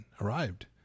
arrived